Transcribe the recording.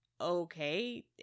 Okay